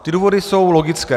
Ty důvody jsou logické.